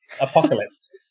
apocalypse